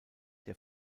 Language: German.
der